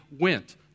went